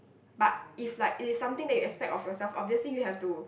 but if like it is something that you expect of yourself obviously you have to